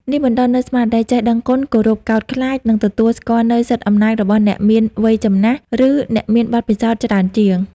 នេះបណ្តុះនូវស្មារតីចេះដឹងគុណ គោរពកោតខ្លាច និងទទួលស្គាល់នូវសិទ្ធិអំណាចរបស់អ្នកមានវ័យចំណាស់ ឬអ្នកមានបទពិសោធន៍ច្រើនជាង។